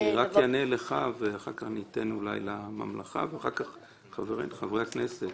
אני רק אענה לך ואחר כך ניתן לאנשי הממלכה ולחברי הכנסת.